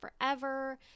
forever